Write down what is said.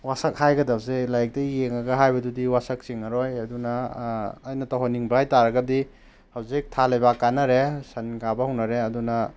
ꯋꯥꯁꯛ ꯍꯥꯏꯒꯗꯕꯁꯦ ꯂꯥꯏꯔꯤꯛꯇꯒꯤ ꯌꯦꯡꯂꯒ ꯍꯥꯏꯕꯗꯨꯗꯤ ꯋꯥꯁꯛ ꯆꯤꯡꯉꯔꯣꯏ ꯑꯗꯨꯅ ꯑꯩꯅ ꯇꯧꯍꯟꯅꯤꯡꯕ ꯍꯥꯏꯇꯥꯔꯒꯗꯤ ꯍꯧꯖꯤꯛ ꯊꯥ ꯂꯩꯕꯥꯛ ꯀꯥꯅꯔꯦ ꯁꯟ ꯀꯥꯕ ꯍꯧꯅꯔꯦ ꯑꯗꯨꯅ